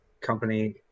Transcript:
company